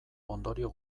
ondorio